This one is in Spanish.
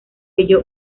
ello